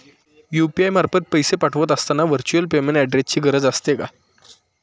UPI मार्फत पैसे पाठवत असताना व्हर्च्युअल पेमेंट ऍड्रेसची गरज असते का?